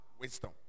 wisdom